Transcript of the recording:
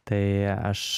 tai aš